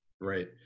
right